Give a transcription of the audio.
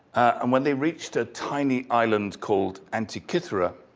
and when they reached a tiny island called antikythera,